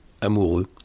amoureux. »«